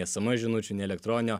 sms žinučių nei elektroninio